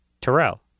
Terrell